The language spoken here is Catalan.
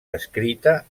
escrita